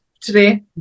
today